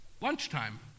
lunchtime